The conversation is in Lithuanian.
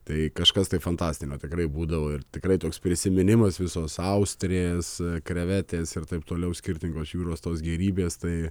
tai kažkas tai fantastinio tikrai būdavo ir tikrai toks prisiminimas visos austrės krevetės ir taip toliau skirtingos jūros tos gėrybės tai